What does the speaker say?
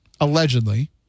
allegedly